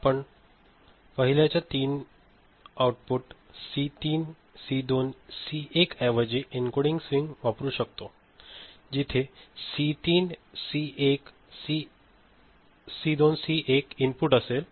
आपण पाहिल्याच्या 3 output C3 C2 C1 ऐवजी एन्कोडिंग स्कीम वापरू शकतो जिथे सी 3 सी 2 सी 1 इनपुट असेल